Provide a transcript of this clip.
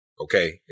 Okay